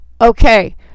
Okay